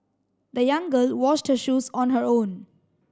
the young girl washed her shoes on her own